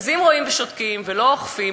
אז אם רואים ושותקים ולא אוכפים,